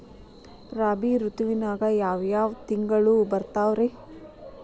ರಾಬಿ ಋತುವಿನಾಗ ಯಾವ್ ಯಾವ್ ತಿಂಗಳು ಬರ್ತಾವ್ ರೇ?